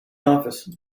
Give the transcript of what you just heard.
office